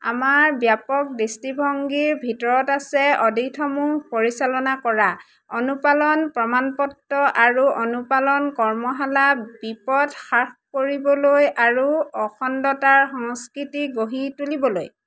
আমাৰ ব্যাপক দৃষ্টিভংগীৰ ভিতৰত আছে অডিটসমূহ পৰিচালনা কৰা অনুপালন প্ৰমাণপত্ৰ আৰু অনুপালন কৰ্মশালা বিপদ হ্ৰাস কৰিবলৈ আৰু অখণ্ডতাৰ সংস্কৃতি গঢ়ি তুলিবলৈ